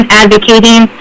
advocating